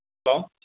hello